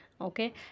Okay